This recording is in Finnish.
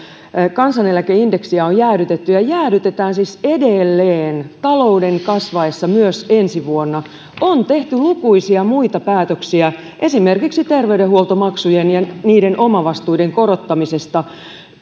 kansaneläkeindeksiä on jäädytetty ja jäädytetään siis edelleen talouden kasvaessa myös ensi vuonna on tehty lukuisia muita päätöksiä esimerkiksi terveydenhuoltomaksujen ja niiden omavastuiden korottamisesta